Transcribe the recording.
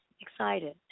excited